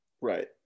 Right